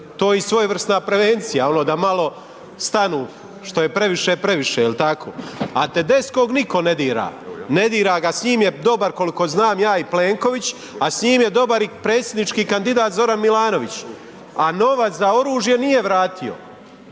to je i svojevrsna prevencija ono da malo stanu, što je previše je previše jel tako, a Tedeschog nitko ne dira. Ne dira ga s njim je dobar koliko znam ja i Plenković, a s njim je dobar i predsjednički kandidat Zoran Milanović, a novac za oružje nije vratio,